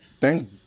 Thank